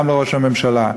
וגם לראש הממשלה: